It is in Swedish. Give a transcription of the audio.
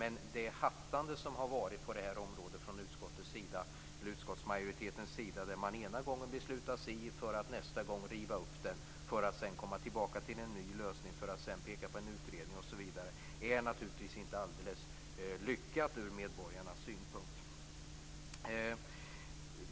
Men det hattande som har varit på det här området från utskottsmajoritetens sida, där man ena gången beslutar si, för att nästa gång riva upp det, för att sedan komma tillbaka till en ny lösning, för att sedan peka på en utredning osv., är naturligtvis inte alldeles lyckat ur medborgarnas synpunkt.